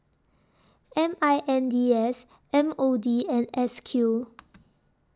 M I N D S M O D and S Q